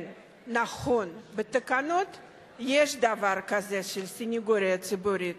כן, נכון, בתקנות יש דבר כזה שהסניגוריה הציבורית